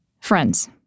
Friends